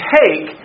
take